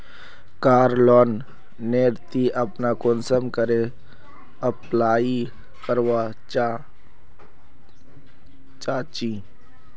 कार loan नेर ती अपना कुंसम करे अप्लाई करवा चाँ चची?